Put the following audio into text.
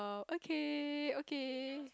oh okay okay